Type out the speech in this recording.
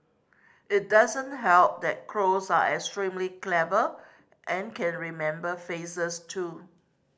it doesn't help that crows are extremely clever and can remember faces too